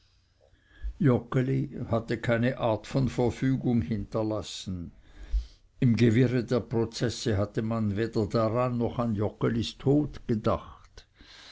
hatte keine art von verfügung hinterlassen im gewirre der prozesse hatte man weder daran noch an joggelis tod gedacht